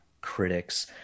critics